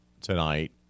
tonight